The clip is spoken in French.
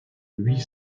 huit